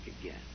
again